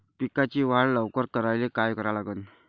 पिकाची वाढ लवकर करायले काय करा लागन?